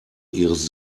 ihres